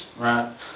Right